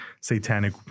satanic